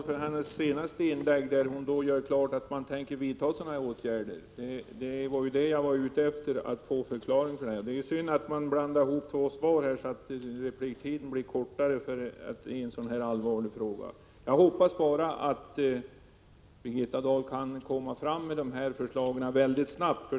Fru talman! Jag tycker att jag har större anledning att tacka statsrådet Dahl för hennes senaste inlägg. Där gör hon nämligen klart att regeringen avser att vidta åtgärder. Det var en sådan förklaring jag var ute efter. Det är synd att man har blandat ihop två svar i en så här allvarlig fråga, eftersom repliktiden då blir kortare. Jag hoppas bara att Birgitta Dahl kan komma fram med förslagen snart.